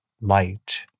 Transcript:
Light